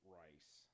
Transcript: rice